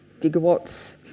gigawatts